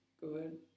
good